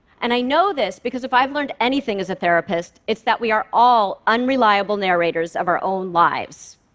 and i know this because if i've learned anything as a therapist, it's that we are all unreliable narrators of our own lives.